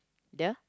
their